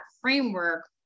framework